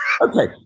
Okay